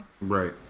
Right